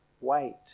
wait